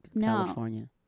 California